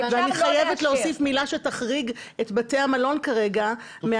ואני חייבת להוסיף מילה שתחריג את בתי המלון כרגע מה